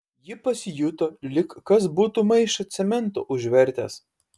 ji pasijuto lyg kas būtų maišą cemento užvertęs